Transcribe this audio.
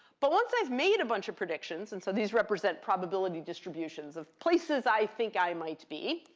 but once i've made a bunch of predictions and so these represent probability distributions of places i think i might be